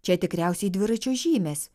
čia tikriausiai dviračio žymės